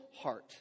heart